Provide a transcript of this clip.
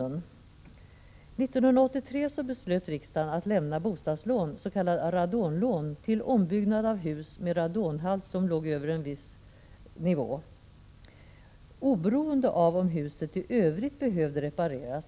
År 1983 beslöt riksdagen att lämna bostadslån, s.k. radonlån, till ombyggnad av hus med en radonhalt som låg över en viss nivå, oberoende av om huset i övrigt behövde repareras.